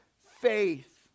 faith